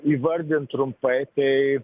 įvardinti trumpai tai